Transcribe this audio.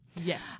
Yes